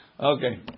Okay